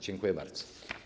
Dziękuję bardzo.